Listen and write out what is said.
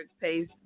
pays